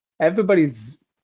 everybody's